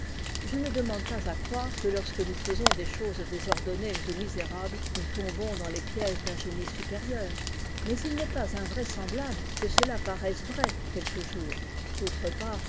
je ne demande pas à croire que lorsque nous faisons des choses désordonnées ou misérables nous tombons dans les pièges d'un génie supérieur mais il n'est pas invraisemblable que cela paraisse vrai quelque jour d'autre part